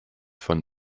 von